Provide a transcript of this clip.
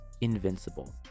invincible